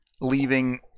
Leaving